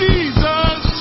Jesus